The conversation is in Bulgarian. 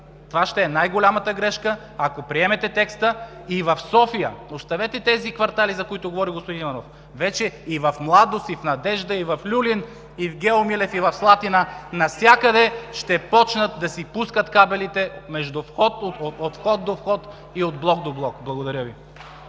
Това ще е най-голямата грешка, ако приемете текста и в София, оставете тези квартали, за които говори господин Иванов, вече и в „Младост“, и в „Надежда“, и в „Люлин“, и в „Гео Милев“, и в „Слатина“ – навсякъде ще започнат да си пускат кабелите от вход до вход и от блок до блок. Благодаря Ви.